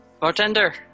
bartender